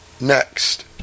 next